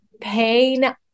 pain